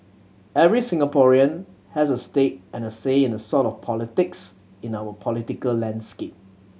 every Singaporean has a stake and a say in the sort of politics in our political landscape